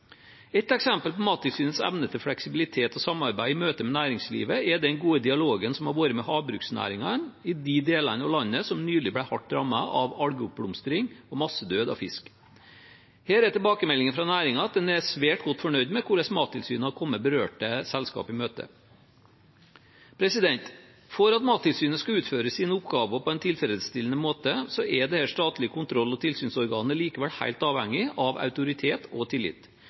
Et eksempel på Mattilsynets evne til fleksibilitet og samarbeid i møte med næringslivet er den gode dialogen som har vært med havbruksnæringene i de delene av landet som nylig ble hardt rammet av algeoppblomstring og massedød av fisk. Her er tilbakemeldingene fra næringen at en er svært godt fornøyd med hvordan Mattilsynet har kommet berørte selskaper i møte. For at Mattilsynet skal kunne utføre sine oppgaver på en tilfredsstillende måte, er dette statlige kontroll- og tilsynsorganet likevel helt avhengig av autoritet og tillit